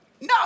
No